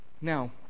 Now